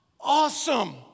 awesome